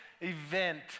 event